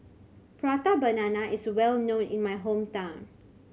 Prata Banana is well known in my hometown